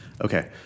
Okay